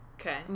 Okay